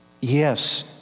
yes